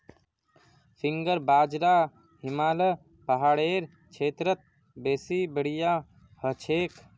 finger बाजरा हिमालय पहाड़ेर क्षेत्रत बेसी बढ़िया हछेक